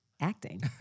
acting